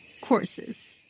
courses